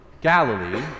Galilee